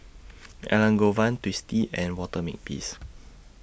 Elangovan Twisstii and Walter Makepeace